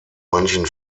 manchen